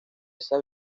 esas